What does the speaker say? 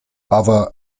other